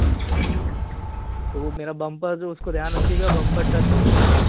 अच्छा तो मेरा बम्पर जो है उसको ध्यान रखिएगा बम्पर टच हो गया है